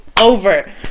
over